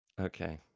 okay